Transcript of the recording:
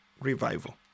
revival